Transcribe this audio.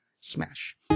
Smash